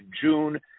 June